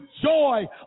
joy